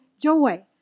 joy